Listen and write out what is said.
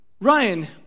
Ryan